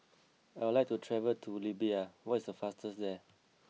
I would like to travel to Libya what is the fastest there